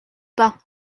pas